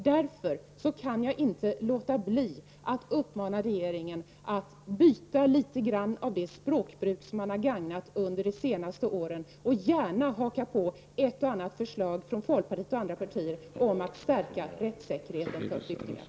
Därför kan jag inte låta bli att uppmana regeringen att byta litet grand av det språk som man har begagnat under de senaste åren och gärna haka på ett och annat förslag från folkpartiet och andra partier om att stärka rättssäkerheten för flyktingar.